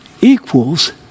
equals